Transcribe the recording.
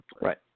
right